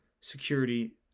security